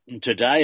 today